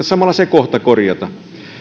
samalla se kohta korjata